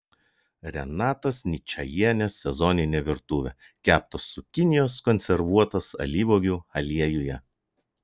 renatos ničajienės sezoninė virtuvė keptos cukinijos konservuotos alyvuogių aliejuje